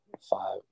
five